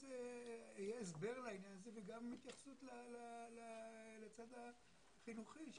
ושיהיה הסבר לעניין הזה וגם התייחסות לצד החינוכי.